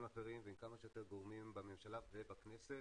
אחרים ועם כמה שיותר גורמים בממשלה ובכנסת.